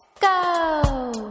go